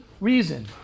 reason